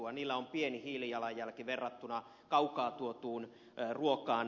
sillä on pieni hiilijalanjälki verrattuna kaukaa tuotuun ruokaan